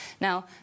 now